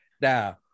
Now